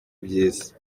ibyiza